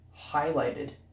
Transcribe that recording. highlighted